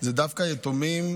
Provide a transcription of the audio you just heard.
זה דווקא יתומים